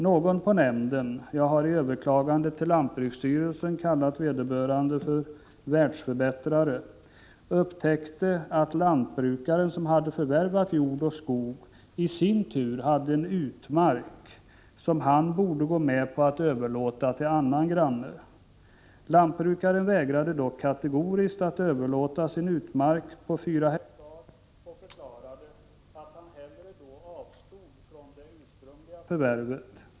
Någon på nämnden -— jag har i överklagandet till lantbruksstyrelsen kallat vederbörande ”världsförbättrare” — upptäckte att den lantbrukare som hade förvärvat jord och skog i sin tur hade en utmark som han borde gå med på att överlåta till en annan granne. Lantbrukaren vägrade dock kategoriskt att överlåta sin utmark på 4 ha och förklarade att han hellre då avstod från det ursprungliga förvärvet.